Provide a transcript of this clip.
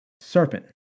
serpent